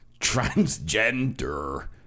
Transgender